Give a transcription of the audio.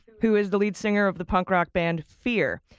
who is the lead singer of the punk rock band fear.